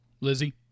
lizzie